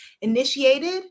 initiated